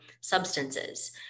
substances